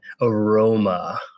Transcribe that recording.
aroma